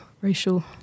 racial